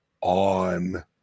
on